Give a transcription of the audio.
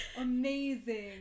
Amazing